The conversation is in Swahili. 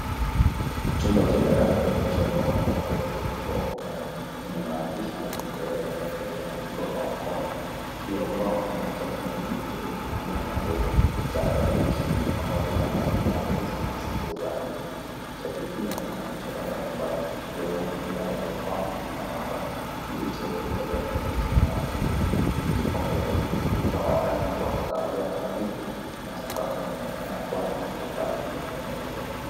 Chumba cha darasa kinacho ubao mweupe kilichapishkwa ukutani ,kinamaandishi ya kingereza yalio andikwa kwa mkono juu ya ubao kuna chati yenye herufi kubwa na ndogo, za alfabeti pamoja na majina ya miezi na siku za wiki chati hiyo ina michoro mbali mbali ikiwemo tunda la kopa na paka, ikiwemo kiti cheupi cha plasti chenye matundu kiko mbele kuta la rangi wa kawiya alhabifu na sakafu inaonekana kuwa na matofali meupe meupe.